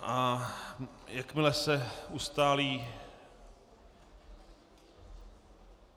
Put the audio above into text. A jakmile se ustálí